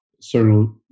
certain